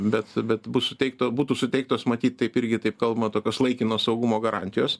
bet bet bus suteikta būtų suteiktos matyt taip irgi taip kalbama tokios laikinos saugumo garantijos